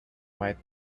might